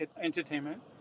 Entertainment